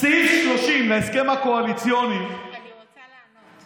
סעיף 30 להסכם הקואליציוני, אני רוצה לענות.